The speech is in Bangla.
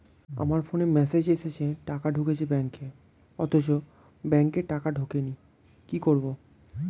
আমার ফোনে মেসেজ এসেছে টাকা ঢুকেছে ব্যাঙ্কে অথচ ব্যাংকে টাকা ঢোকেনি কি করবো?